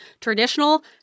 traditional